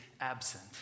absent